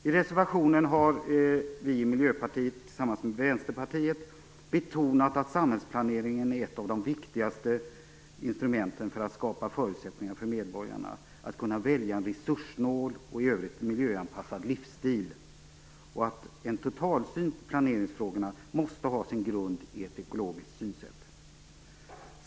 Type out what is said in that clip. I reservationen vi har avgett tillsammans med Vänsterpartiet betonas att samhällsplaneringen är ett av de viktigaste instrumenten för att skapa förutsättningar för medborgarna att kunna välja en resurssnål och i övrigt miljöanpassad livsstil och att en totalsyn på planeringsfrågorna måste ha sin grund i ett ekologiskt synsätt.